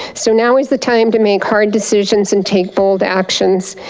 so now is the time to make hard decisions and take bold actions.